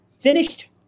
finished